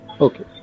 Okay